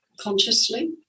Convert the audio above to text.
Consciously